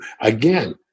Again